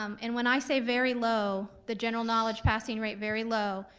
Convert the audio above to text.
um and when i say very low, the general knowledge passing rate very low,